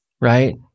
Right